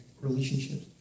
relationship